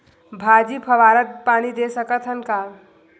भाजी फवारा पानी दे सकथन का?